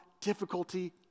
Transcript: difficulty